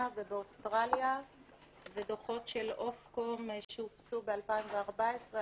ובאוסטרליה ודוחות של אופקום שהופצו ב-2014,